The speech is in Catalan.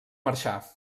marxar